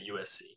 USC